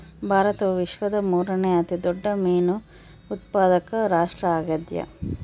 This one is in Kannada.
ಭಾರತವು ವಿಶ್ವದ ಮೂರನೇ ಅತಿ ದೊಡ್ಡ ಮೇನು ಉತ್ಪಾದಕ ರಾಷ್ಟ್ರ ಆಗ್ಯದ